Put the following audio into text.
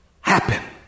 happen